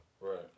Right